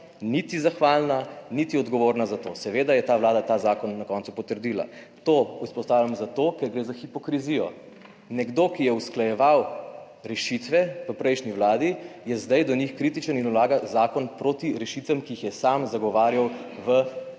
niti zahvalna, niti odgovorna za to, seveda je ta Vlada ta zakon na koncu potrdila. To izpostavljam zato, ker gre za hipokrizijo. Nekdo, ki je usklajeval rešitve v prejšnji vladi, je zdaj do njih kritičen in vlaga zakon proti rešitvam, ki jih je sam zagovarjal v